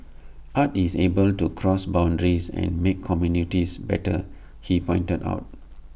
art is able to cross boundaries and make communities better he pointed out